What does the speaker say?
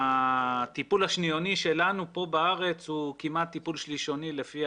הטיפול השניוני שלנו כאן בארץ הוא כמעט טיפול שלישוני לפי